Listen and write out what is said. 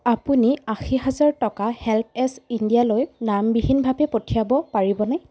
আপুনি আশী হাজাৰ টকা হেল্পএজ ইণ্ডিয়ালৈ নামবিহীনভাৱে পঠিয়াব পাৰিবনে